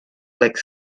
like